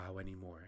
anymore